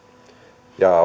ja